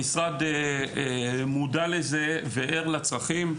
המשרד מודע לזה וער לצרכים.